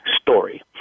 Story